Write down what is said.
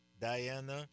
Diana